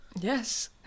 Yes